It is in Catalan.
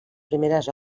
primeres